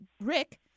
Rick